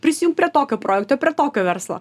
prisijung prie tokio projekto prie tokio verslo